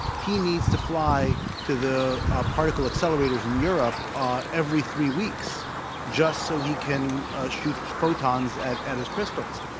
he needs to fly to the ah particle accelerators in europe ah every three weeks just so he can shoot photons at at his crystals.